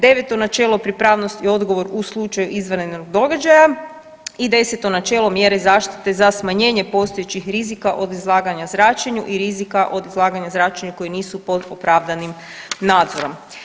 Deveto načelo pripravnost i odgovor u slučaju izvanrednog događaja i deseto načelo mjere zaštite za smanjenje postojećih rizika od izlaganja zračenju i rizika od izlaganja zračenju koji nisu pod opravdanim nadzorom.